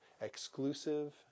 exclusive